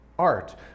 art